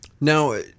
Now